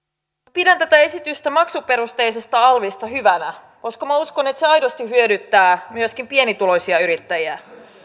pidän tätä esitystä maksuperusteisesta alvista hyvänä koska minä uskon että se aidosti hyödyttää myöskin pienituloisia yrittäjiä